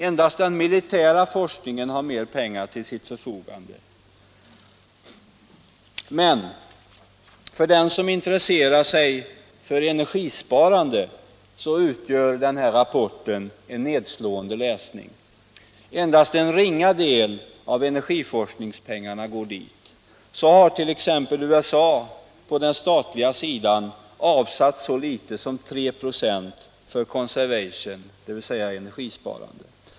Endast den militära forskningen har mer pengar till sitt förfogande. Men för den som intresserar sig för energisparande utgör denna rapport en nedslående läsning. Endast en ringa del av energiforskningspengarna går dit. Så har t.ex. USA på den statliga sidan avsatt så litet som 3 96 för energisparande.